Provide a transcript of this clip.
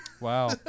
wow